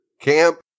camp